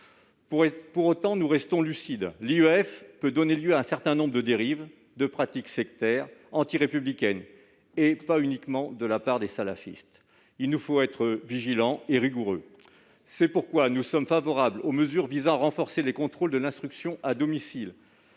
pourtant lucides : l'instruction en famille peut donner lieu à un certain nombre de dérives et de pratiques sectaires antirépublicaines, qui ne sont pas uniquement le fait des salafistes. Il nous faut être vigilants et rigoureux. C'est pourquoi nous sommes favorables aux mesures qui contribuent à renforcer les contrôles de l'instruction à domicile.